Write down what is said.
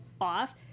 off